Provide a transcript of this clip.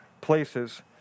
places